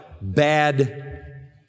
bad